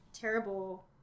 terrible